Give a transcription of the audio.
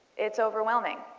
it's overwhelming.